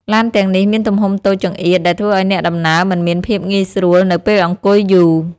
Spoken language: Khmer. ឡានទាំងនេះមានទំហំតូចចង្អៀតដែលធ្វើឱ្យអ្នកដំណើរមិនមានភាពងាយស្រួលនៅពេលអង្គុយយូរ។